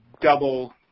double